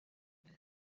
uyu